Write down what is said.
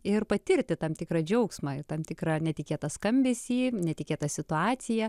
ir patirti tam tikrą džiaugsmą tam tikrą netikėtą skambesį netikėtą situaciją